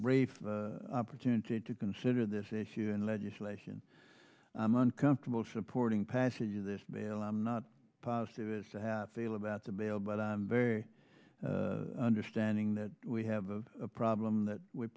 brief opportunity to consider this issue in legislation i'm uncomfortable supporting passage of this mail i'm not positive as to have feel about the mail but i'm very understanding that we have a problem that we